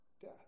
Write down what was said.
death